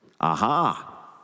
Aha